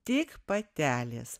tik patelės